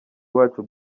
wacu